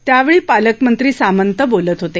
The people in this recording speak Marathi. त्यावेळी पालकमंत्री सामंत बोलत होते